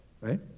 right